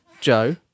Joe